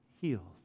healed